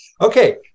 Okay